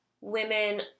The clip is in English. Women